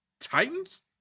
titans